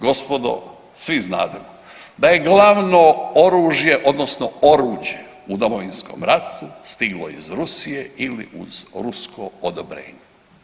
Gospodo svi znadete da je glavno oružje odnosno oruđe u Domovinskom ratu stiglo iz Rusije ili uz rusko odobrenje.